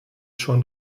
schon